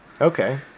Okay